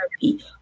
therapy